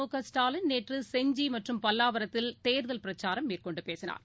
முகஸ்டாலின் நேற்றுசெஞ்சிமற்றும் பல்வாவரத்தில் தேர்தல் பிரச்சாரம் மேற்கொண்டுபேசினார்